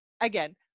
again